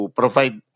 provide